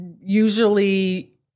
usually